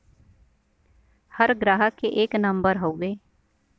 हर ग्राहक के एक नम्बर हउवे